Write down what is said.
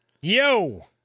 Yo